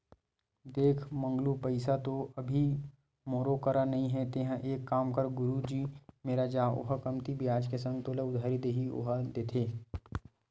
देख मंगलू पइसा तो अभी मोरो करा नइ हे तेंहा एक काम कर गुरुजी मेर जा ओहा कमती बियाज के संग तोला उधारी दिही ओहा देथे